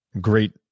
great